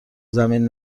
زمین